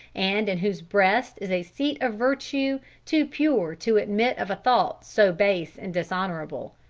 and in whose breast is a seat of virtue too pure to admit of a thought so base and dishonorable.